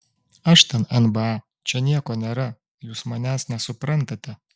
aš ten nba čia nieko nėra jūs manęs nesuprantate